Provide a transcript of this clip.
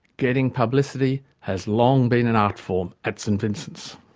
getting publicity has long been an art form at st vincent's.